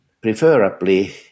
preferably